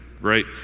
Right